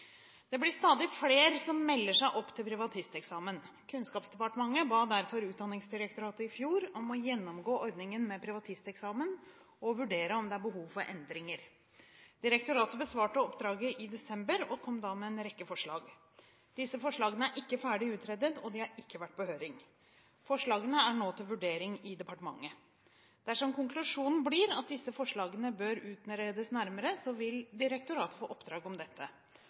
Det blir stadig flere som melder seg opp til privatisteksamen. Kunnskapsdepartementet ba derfor Utdanningsdirektoratet i fjor om å gjennomgå ordningen med privatisteksamen og vurdere om det er behov for endringer. Direktoratet besvarte oppdraget i desember og kom da med en rekke forslag. Disse forslagene er ikke ferdig utredet, og de har ikke vært på høring. Forslagene er nå til vurdering i departementet. Dersom konklusjonen blir at disse forslagene bør utredes nærmere, vil direktoratet få oppdrag om dette.